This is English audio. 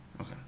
Okay